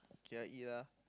okay lah eat lah